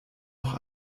noch